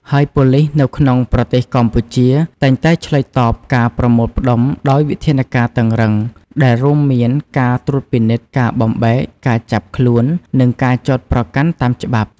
ហើយប៉ូលីសនៅក្នុងប្រទេសកម្ពុជា តែងតែឆ្លើយតបការប្រមូលផ្តុំដោយវិធានការតឹងរឹង ដែលរួមមានការត្រួតពិនិត្យ ការបំបែក ការចាប់ខ្លួន និងការចោទប្រកាន់តាមច្បាប់។